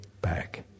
back